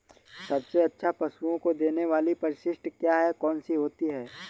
सबसे अच्छा पशुओं को देने वाली परिशिष्ट क्या है? कौन सी होती है?